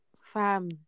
fam